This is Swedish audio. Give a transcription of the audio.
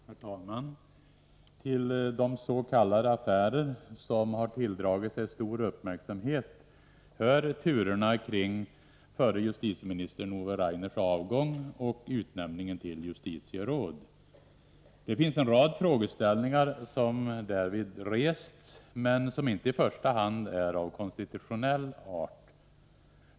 Herr talman! Till de s.k. affärer som har tilldragit sig stor uppmärksamhet hör turerna kring förre justitieministern Ove Rainers avgång och utnämningen av honom till justitieråd. Det är en rad frågor som därvid har inställt sig, men som inte i första hand är av konstitutionell art.